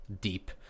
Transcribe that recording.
deep